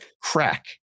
Crack